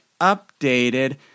updated